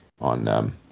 on